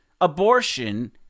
abortion